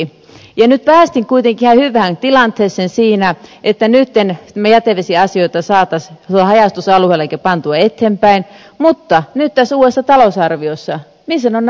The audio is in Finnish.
nyt päästiin kuitenkin ihan hyvään tilanteeseen siinä että nytten me jätevesiasioita saisimme haja asutusalueille ehkä pantua eteenpäin mutta nyt tässä uudessa talousarviossa missä ovat ne rahat